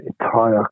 entire